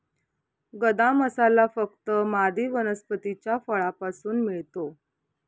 गदा मसाला फक्त मादी वनस्पतीच्या फळापासून मिळतो